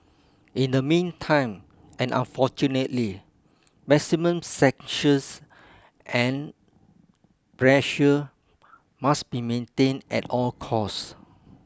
in the meantime and unfortunately maximum sanctions and pressure must be maintained at all costs